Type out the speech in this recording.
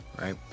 right